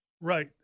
Right